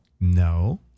No